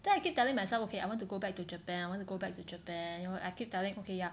then I keep telling myself okay I want to go back to Japan I want to go back to Japan you know I keep telling okay ya